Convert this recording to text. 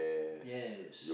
yes